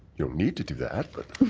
you don't need to do that but.